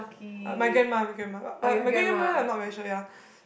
uh my grandma my grandma but my great grandma I not very sure ya